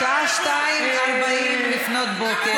השעה 02:40, לפנות בוקר.